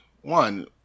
one